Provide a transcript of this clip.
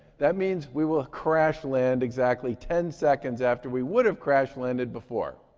that means we will crash-land exactly ten seconds after we would have crash-landed before.